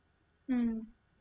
mm